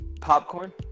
popcorn